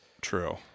true